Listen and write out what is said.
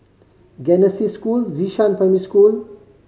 Genesis School Xishan Primary School